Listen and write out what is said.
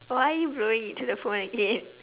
why are you blowing into the phone again